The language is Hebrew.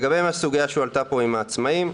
לגבי הסוגיה שהועלתה פה עם העצמאים,